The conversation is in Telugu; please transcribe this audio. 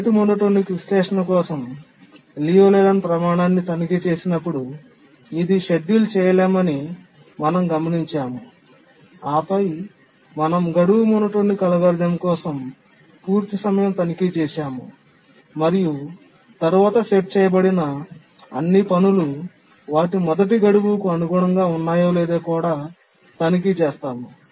రేటు మోనోటోనిక్ విశ్లేషణ కోసం లియు లేలాండ్ ప్రమాణాన్ని తనిఖీ చేసినప్పుడు ఇది షెడ్యూల్ చేయలేమని మనం గమనించాము ఆపై మనం గడువు మోనోటోనిక్ అల్గోరిథం కోసం పూర్తి సమయం తనిఖీ చేసాము మరియు తరువాత సెట్ చేయబడిన అన్ని పనులు వాటి మొదటి గడువుకు అనుగుణంగా ఉన్నాయో లేదో కూడా తనిఖీ చేసాము